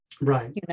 Right